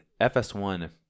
FS1